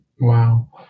Wow